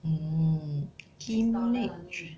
mm Kimage